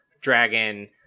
dragon